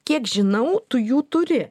kiek žinau tu jų turi